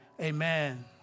Amen